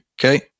Okay